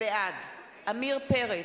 בעד עמיר פרץ,